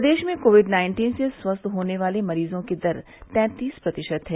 प्रदेश में Covid nineteen से स्वस्थ होने वाले मरीजों की दर तैंतीस प्रतिशत है